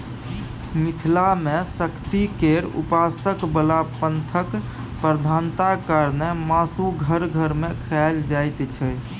मिथिला मे शक्ति केर उपासक बला पंथक प्रधानता कारणेँ मासु घर घर मे खाएल जाइत छै